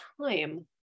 time